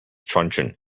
truncheon